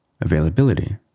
availability